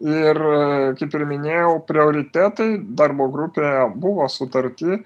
ir kaip ir minėjau prioritetai darbo grupėje buvo sutarti